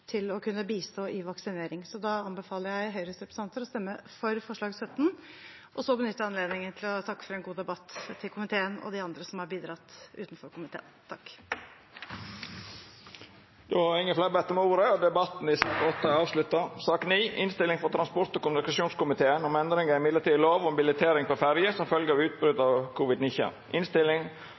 til å kunne bistå i vaksineringen. Da anbefaler jeg Høyres representanter å stemme for forslag nr. 17. Så benytter jeg anledningen til å takke for en god debatt, til komiteen og de andre som har bidratt utenfor komiteen. Fleire har ikkje bedt om ordet til sak nr. 8. Etter ynske frå transport- og kommunikasjonskomiteen vil presidenten ordna debatten slik: 3 minutt til kvar partigruppe og